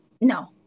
no